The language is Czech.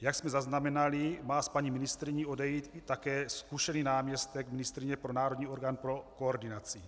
Jak jsme zaznamenali, má s paní ministryní odejít také zkušený náměstek ministryně pro národní orgán pro koordinaci.